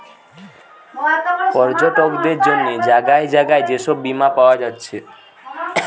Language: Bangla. পর্যটকদের জন্যে জাগায় জাগায় যে সব বীমা পায়া যাচ্ছে